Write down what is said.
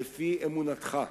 לפי אמונתך,